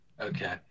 Okay